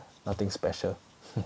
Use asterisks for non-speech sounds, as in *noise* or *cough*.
nothing special *laughs*